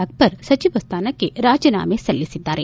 ಅಕ್ಲರ್ ಸಚಿವ ಸ್ಥಾನಕ್ಕೆ ರಾಜೀನಾಮೆ ಸಲ್ಲಿಸಿದ್ದಾರೆ